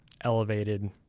elevated